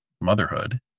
motherhood